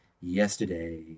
Yesterday